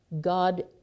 God